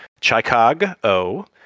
Chicago